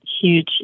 huge